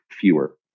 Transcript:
fewer